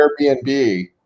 Airbnb